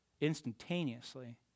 instantaneously